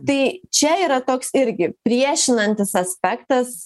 tai čia yra toks irgi priešinantis aspektas